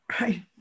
right